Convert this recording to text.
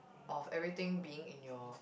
of everything being in your